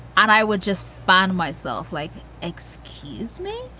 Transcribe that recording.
and i would just find myself like, excuse me.